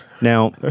Now